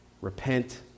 repent